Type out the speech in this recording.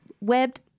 webbed